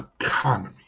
economy